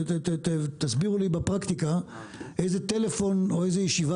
תסבירו לי בפרקטיקה איזה טלפון או איזו ישיבה